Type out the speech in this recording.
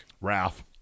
Ralph